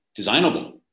designable